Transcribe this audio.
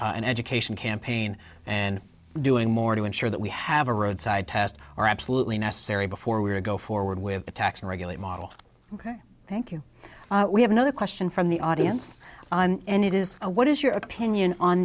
an education campaign and doing more to ensure that we have a roadside test are absolutely necessary before we go forward with a tax and regulate model ok thank you we have another question from the audience on end it is what is your opinion on